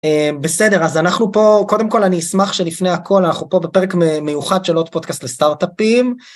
בסדר, אז אנחנו פה, קודם כל אני אשמח שלפני הכל אנחנו פה בפרק מיוחד של עוד פודקאסט לסטארט-אפים.